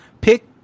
pick